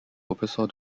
oversaw